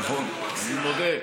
נכון, אני מודה.